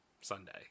Sunday